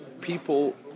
people